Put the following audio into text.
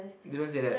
you don't say that